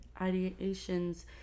ideations